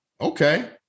Okay